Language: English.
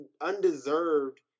undeserved